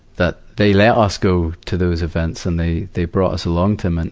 that they let us go to those events, and they, they brought us along to them. and